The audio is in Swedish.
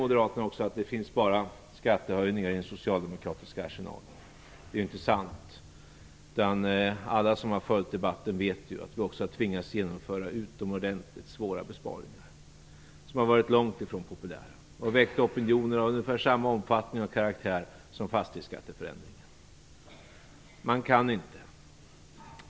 Moderaterna säger att det bara finns skattehöjningar i den socialdemokratiska arsenalen. Det är inte sant! Alla som har följt debatten vet att vi också har tvingats genomföra utomordentligt svåra besparingar som varit långt ifrån populära och som väckt opinioner av ungefär samma omfattning och karaktär som fastighetsskatteförändringen väckte.